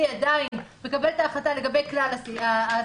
עדיין מקבל את החלטה לגבי כלל הסניפים,